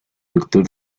doctor